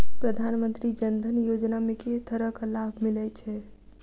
प्रधानमंत्री जनधन योजना मे केँ तरहक लाभ मिलय छै?